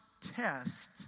test